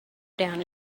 down